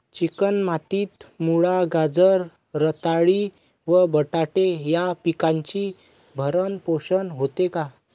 Chicken मातीत मुळा, गाजर, रताळी व बटाटे या पिकांचे भरण पोषण होते का?